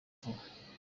vuba